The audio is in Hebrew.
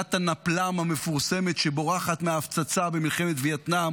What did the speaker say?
מילדת הנפאלם המפורסמת שבורחת מההפצצה במלחמת וייטנאם.